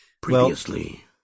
Previously